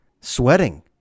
sweating